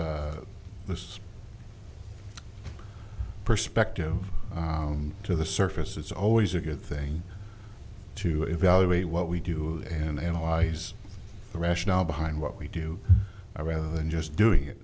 this this perspective to the surface it's always a good thing to evaluate what we do and analyze the rationale behind what we do i rather than just doing it